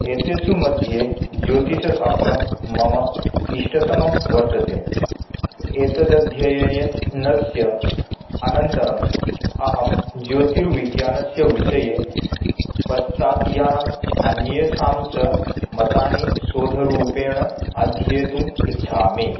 एतेषु मध्ये ज्योतिषशास्त्रं मम इष्टतमं वर्तते एतदध्ययनस्य अनन्तरम् अहं ज्योतिर्विज्ञानस्यविषये पाश्चात्यानाम् अन्येषां च मतानि शोधरूपेण अध्येतुम् इच्छामि